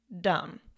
dumb